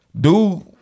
Dude